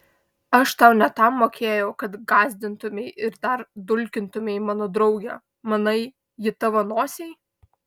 aš tau ne tam mokėjau kad gąsdintumei ir dar dulkintumei mano draugę manai ji tavo nosiai